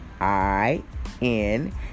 I-N